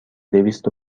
دویست